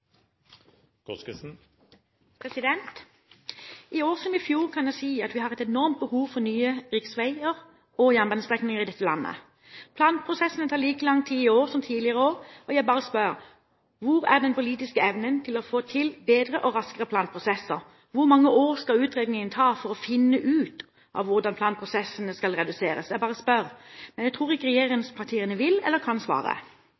I år som i fjor kan jeg si at vi har et enormt behov for nye riksveier og jernbanestrekninger i dette landet. Planprosessene tar like lang tid i år som tidligere år, og jeg bare spør: Hvor er den politiske evnen til å få til bedre og raskere planprosesser? Hvor mange år skal utredningene ta for å finne ut av hvordan planprosessene skal reduseres? Jeg bare spør, men jeg tror ikke regjeringspartiene vil, eller kan, svare.